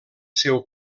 seu